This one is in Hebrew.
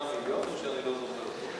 האוכלוסייה זה לא 8 מיליון, או שאני לא זוכר טוב?